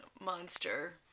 monster